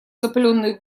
запыленные